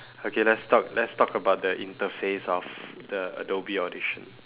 okay let's talk let's talk about the interface of the adobe audition